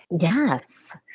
Yes